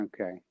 Okay